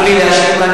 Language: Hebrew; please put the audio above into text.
תנו לי רק להשלים.